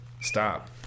Stop